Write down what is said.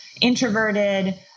introverted